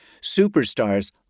Superstars